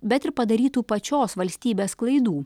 bet ir padarytų pačios valstybės klaidų